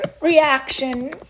reaction